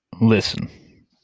Listen